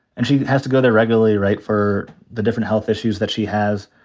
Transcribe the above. and she has to go there regularly, right, for the different health issues that she has.